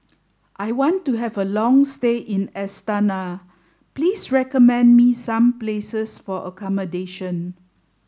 I want to have a long stay in Astana please recommend me some places for accommodation